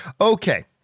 Okay